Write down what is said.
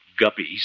Guppies